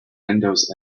windows